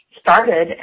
started